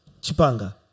Chipanga